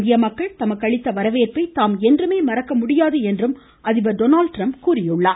இந்திய மக்கள் தமக்கு அளித்த வரவேற்பை தாம் என்றுமே மறக்க முடியாது என்றும் அதிபர் டொனால்ட் ட்ரம்ப் தெரிவித்தார்